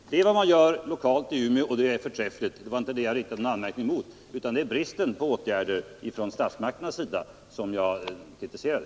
Det är vad som görs lokalt i Umeå, det är förträffligt, och det var inte detta jag riktade en anmärkning mot. Det var bristen på åtgärder från statsmakterna som jag kritiserade.